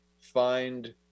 Find